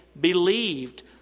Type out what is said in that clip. believed